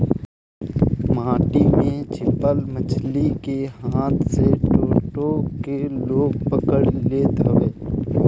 माटी में छिपल मछरी के हाथे से टो टो के लोग पकड़ लेत हवे